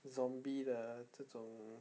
zombie 的这种